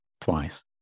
twice